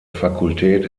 fakultät